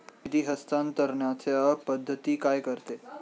निधी हस्तांतरणाच्या पद्धती काय आहेत?